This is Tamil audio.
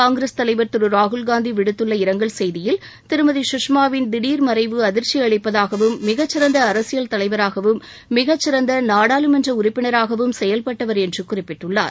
காங்கிரஸ் தலைவர் திரு ராகுல்காந்தி விடுத்துள்ள இரங்கல் செய்தியில் திருமதி சுஷ்மாவின் திடர் மறைவு அதிர்ச்சியளிப்பதாகவும் மிகச்சிறந்த அரசியல் தலைவராகவும் மிகச்சிறந்த நாடாளுமன்ற உறுப்பினராகவும் செயல்பட்டவர் என்று குறிப்பிட்டுள்ளார்